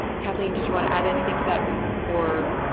kathleen, did you want to add anything to that or?